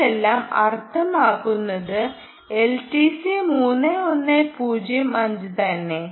ഇതെല്ലാം അർത്ഥമാക്കുന്നത് എൽടിസി 3105 തന്നെ